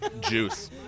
Juice